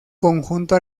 conjunto